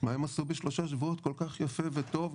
מה הם עשו בשלושה שבועות כל כך יפה וטוב,